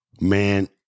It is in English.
Man